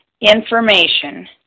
information